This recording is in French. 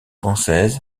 française